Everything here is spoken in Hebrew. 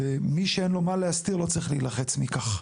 ומי שאין לו מה להסתיר לא צריך להילחץ מכך.